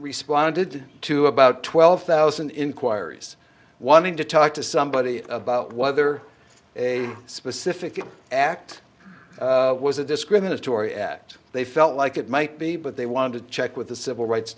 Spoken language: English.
responded to about twelve thousand inquiries wanting to talk to somebody about whether a specific act was a discriminatory act they felt like it might be but they wanted to check with the civil rights